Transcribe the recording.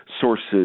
sources